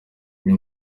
uyu